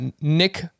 Nick